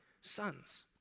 sons